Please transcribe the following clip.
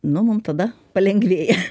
nu mum tada palengvėja